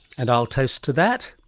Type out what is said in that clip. and i'll toast to that.